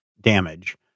damage